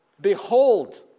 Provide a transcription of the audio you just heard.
Behold